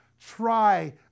try